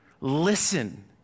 Listen